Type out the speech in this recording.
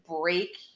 break